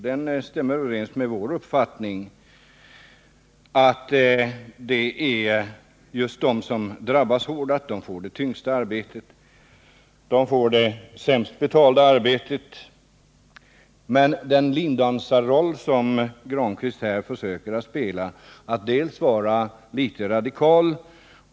Den stämmer överens med vår uppfattning, att det är just de som drabbas hårdast och som får det tyngsta och det sämst betalda arbetet. Men det är en lindansarroll som Pär Granstedt här vill spela genom att försöka vara litet radikal.